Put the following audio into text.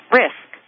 risk